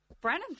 Brennan